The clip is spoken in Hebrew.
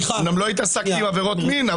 אומנם לא התעסקתי בעבירות מין,